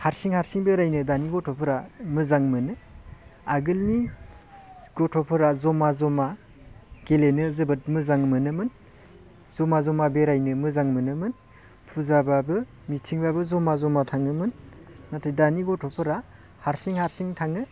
हारसिं हारसिं बेरायनो दानि गथ'फोरा मोजां मोनो आगोलनि गथ'फोरा जमा जमा गेलेनो जोबोद मोजां मोनोमोन जमा जमा बेरायनो मोजां मोनोमोन फुजाब्लाबो मिथिंब्लाबो जमा जमा थाङोमोन नाथाय दानि गथ'फोरा हारसिं हारसिं थाङो